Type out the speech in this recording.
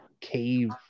cave